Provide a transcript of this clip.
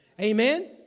Amen